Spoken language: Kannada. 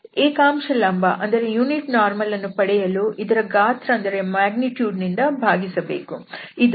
ಏಕಾಂಶ ಲಂಬ ವನ್ನು ಪಡೆಯಲು ಇದರ ಗಾತ್ರ ದಿಂದ ಭಾಗಿಸಬೇಕು